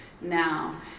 now